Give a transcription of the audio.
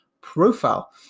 profile